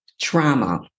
trauma